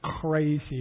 crazy